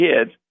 kids